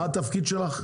מה התפקיד שלך?